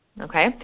Okay